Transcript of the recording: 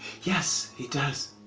yes, he does,